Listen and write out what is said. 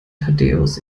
thaddäus